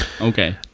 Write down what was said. Okay